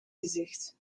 gezicht